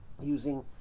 using